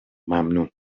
ممنون